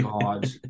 God